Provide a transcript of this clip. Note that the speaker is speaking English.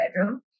bedroom